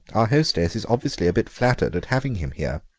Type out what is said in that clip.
our hostess is obviously a bit flattered at having him here.